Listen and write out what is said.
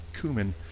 cumin